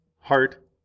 heart